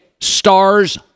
stars